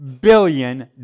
billion